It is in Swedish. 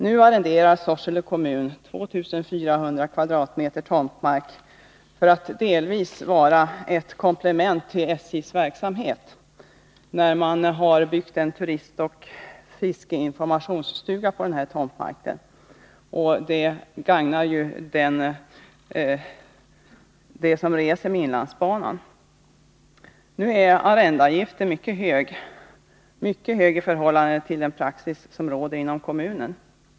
Nu arrenderar Sorsele kommun 2 400 kvadratmeter tomtmark för att delvis komplettera SJ:s verksamhet — man har byggt en turistinformationsoch fiskeinformationsstuga på den tomtmarken. Detta gagnar ju dem som reser med inlandsbanan. Arrendeavgiften är mycket hög i förhållande till den praxis som råder inom kommunen.